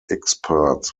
experts